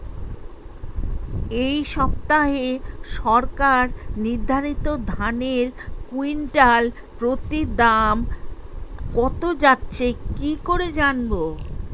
এই সপ্তাহে সরকার নির্ধারিত ধানের কুইন্টাল প্রতি দাম কত যাচ্ছে কি করে জানবো?